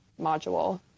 module